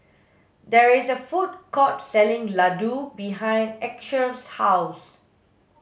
there is a food court selling Ladoo behind Esker's house